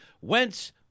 Wentz